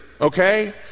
okay